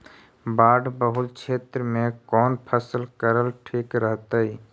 बाढ़ बहुल क्षेत्र में कौन फसल करल ठीक रहतइ?